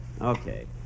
Okay